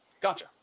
Gotcha